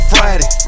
Friday